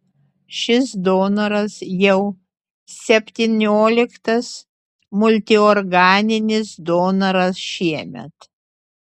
šis donoras jau septynioliktas multiorganinis donoras šiemet